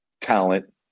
talent